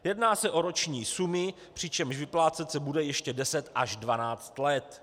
Jedná se o roční sumy, přičemž vyplácet se bude ještě deset až dvanáct let.